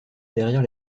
derrière